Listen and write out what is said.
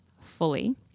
fully